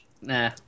Nah